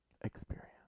Experience